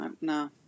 no